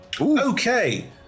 Okay